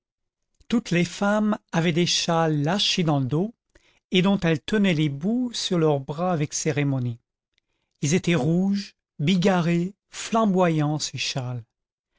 toutes les femmes avaient des châles lâchés dans le dos et dont elles tenaient les bouts sur leurs bras avec cérémonie ils étaient rouges bigarrés flamboyants ces châles